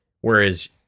Whereas